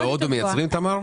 בהודו מייצרים תמר?